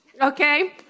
okay